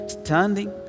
standing